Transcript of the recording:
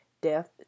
death